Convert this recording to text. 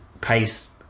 pace